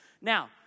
Now